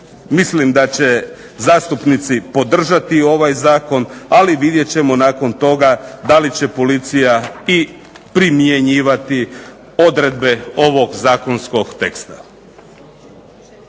mislim da će zastupnici podržati ovaj zakon, ali vidjet ćemo nakon toga da li će policija i primjenjivati odredbe ovog zakonskog teksta.